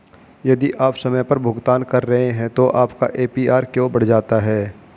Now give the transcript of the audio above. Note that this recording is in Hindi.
यदि आप समय पर भुगतान कर रहे हैं तो आपका ए.पी.आर क्यों बढ़ जाता है?